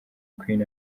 queen